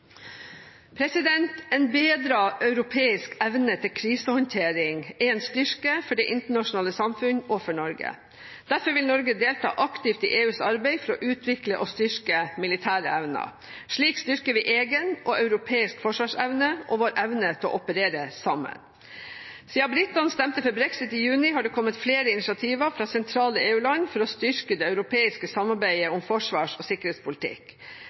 En bedret europeisk evne til krisehåndtering er en styrke for det internasjonale samfunn og for Norge. Derfor vil Norge delta aktivt i EUs arbeid for å utvikle og styrke militære evner. Slik styrker vi egen og europeisk forsvarsevne – og vår evne til å operere sammen. Siden britene stemte for brexit i juni, har det kommet flere initiativer fra sentrale EU-land for å styrke det europeiske samarbeidet om forsvars- og sikkerhetspolitikk.